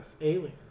Alien